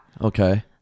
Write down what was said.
Okay